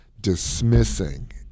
dismissing